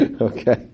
Okay